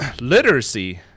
literacy